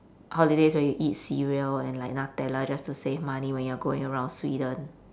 holidays where you eat cereal and like nutella just to save money when you're going around sweden